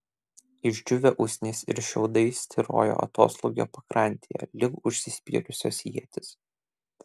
išdžiūvę usnys ir šiaudai styrojo atoslūgio pakrantėje lyg užsispyrusios ietys